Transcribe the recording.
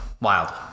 Wild